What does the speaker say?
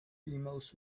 emails